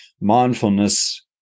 mindfulness